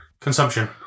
Consumption